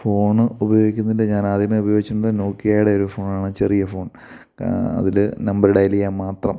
phone ഉപയോഗിക്കുന്നതിൻ്റെ ഞാൻ ആദ്യമേ ഉപയോഗിച്ചോണ്ടിരുന്നത് നോക്കിയെൻ്റെ ഒരു ഫോണാണ് ചെറിയ ഫോൺ അതിൽ നമ്പർ ഡയല് ചെയ്യാൻ മാത്രം